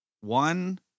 one